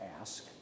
ask